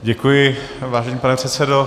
Děkuji, vážený pane předsedo.